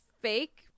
Fake